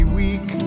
weak